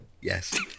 Yes